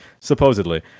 supposedly